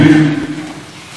כי אני משוחח עם המנהיגים: